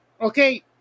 okay